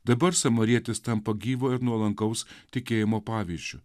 dabar samarietis tampa gyvo ir nuolankaus tikėjimo pavyzdžiu